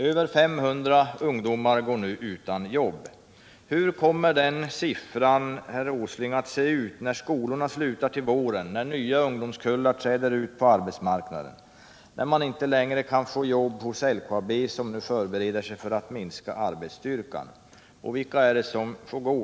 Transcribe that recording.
Över 500 ungdomar går nu utan jobb. Hur kommer siffran, herr Åsling, att se ut när skolorna slutar till våren och nya ungdomskullar träder ut på arbetsmarknaden, när man inte längre kan få jobb hos LKAB, som nu förbereder sig på att minska arbetsstyrkan? Och vilka är det som får gå?